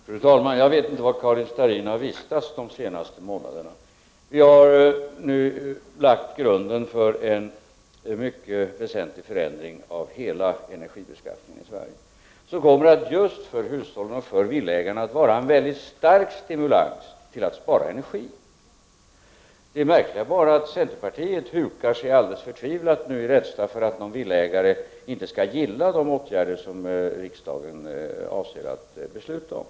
Fru talman! Jag vet inte var Karin Starrin har vistats under de senaste månaderna. Vi har nu lagt grunden för en mycket väsentlig förändring av hela energibeskattningen i Sverige, vilket kommer att ge en mycket stark stimulans till sparande av energi. Det märkliga är bara att centerpartiet nu hukar sig förtvivlat, i rädsla för att någon villaägare inte skall gilla de åtgärder som riksdagen avser att besluta om.